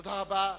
תודה רבה.